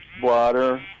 bladder